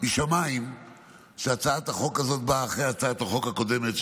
שמשמיים הצעת החוק הזאת באה אחרי הצעת החוק הקודמת,